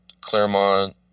Claremont